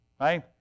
Right